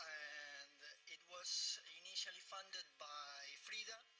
and it was initially funded by frida,